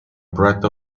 breath